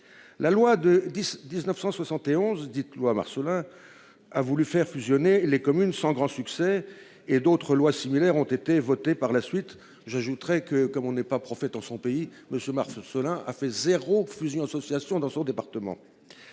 La loi de 10, 19.171, dite loi Marcellin a voulu faire fusionner les communes sans grand succès, et d'autres lois similaires ont été votées par la suite. J'ajouterai que comme on n'est pas prophète en son pays ne se mars cela a fait zéro fusion-association dans son département.